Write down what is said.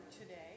today